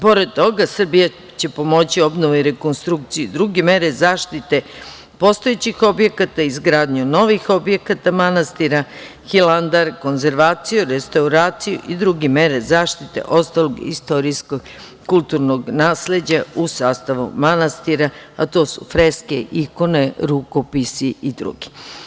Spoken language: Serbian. Pored toga Srbija će pomoći rekonstrukciju i druge mere zaštite postojećih objekata i izgradnju novih objekata manastira Hilandar, konzervaciju, restauraciju i druge mere zaštite ostalog istorijskog kulturnog nasleđa u sastavu manastira, a to su freske, ikone, rukopisi i drugo.